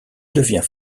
devient